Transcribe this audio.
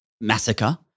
massacre